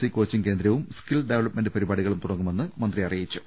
C coaching കേന്ദ്രവും skill development പരിപാടികളും തുട ങ്ങുമെന്ന് മന്ത്രി അറിയിച്ചു